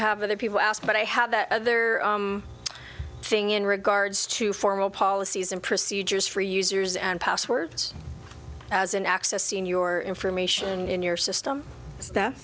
have other people ask but i have that other thing in regards to formal policies and procedures for users and passwords as an access senor information in your system